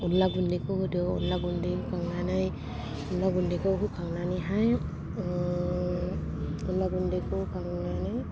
अनला गुन्दैखौ होदो अनला गुन्दै होखांनानै अनला गुन्दैखौ होखांनानैहाय अनला गुन्दैखौ होखांनानै